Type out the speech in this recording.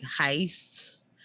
heists